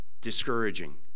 discouraging